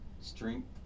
strength